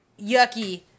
yucky